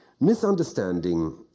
Misunderstanding